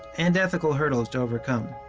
and ethical, hurdles to overcome.